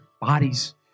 bodies